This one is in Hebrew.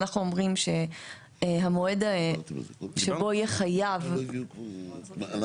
ואנחנו אומרים שהמועד שבו יהיה חייב --- לא,